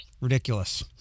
Ridiculous